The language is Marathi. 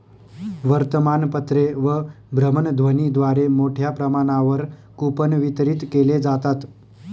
वर्तमानपत्रे व भ्रमणध्वनीद्वारे मोठ्या प्रमाणावर कूपन वितरित केले जातात